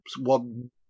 one